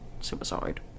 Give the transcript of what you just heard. suicide